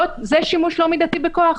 זה שימוש לא מידתי בכוח.